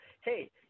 hey